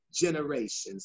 generations